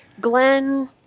Glenn